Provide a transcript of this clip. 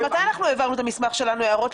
מתי אנחנו העברנו את המסמך שלנו עם ההערות?